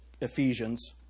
Ephesians